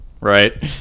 right